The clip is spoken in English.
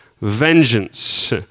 vengeance